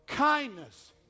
kindness